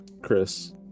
chris